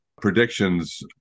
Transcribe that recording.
predictions